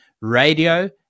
radio